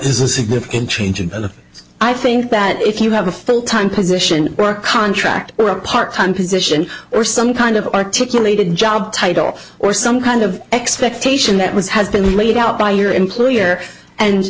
is a significant change and i think that if you have a full time position or contract or a part time position or some kind of articulated job title or some kind of expectation that was has been laid out by your employer and